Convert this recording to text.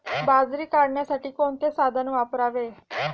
बाजरी काढण्यासाठी कोणते साधन वापरावे?